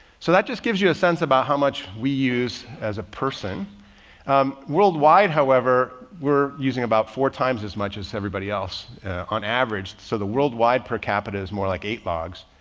so that just gives you a sense about how much we use as a person worldwide. however, we're using about four times as much as everybody else on average. so the worldwide per capita is more like eight logs.